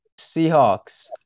Seahawks